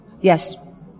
Yes